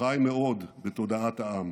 חי מאוד בתודעת העם.